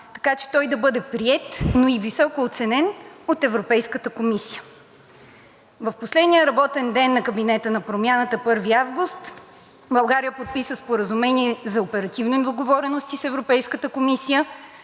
така, че той да бъде приет, но и високо оценен от Европейската комисия. В последния работен ден на кабинета на Промяната – 1 август, България подписа Споразумение за оперативни договорености с Европейската комисия,